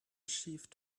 achieved